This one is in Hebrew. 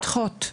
נדחות.